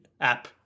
app